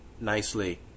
nicely